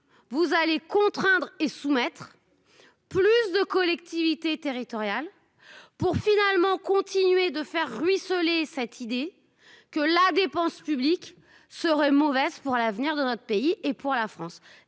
vous allez contraindre et soumettre. Plus de collectivités territoriales pour finalement continuer de faire ruisseler cette idée que la dépense publique serait mauvaise pour l'avenir de notre pays et pour la France.